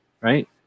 right